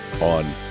on